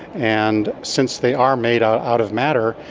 and since they are made out out of matter,